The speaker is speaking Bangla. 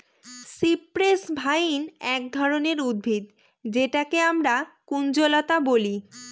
সিপ্রেস ভাইন এক ধরনের উদ্ভিদ যেটাকে আমরা কুঞ্জলতা বলি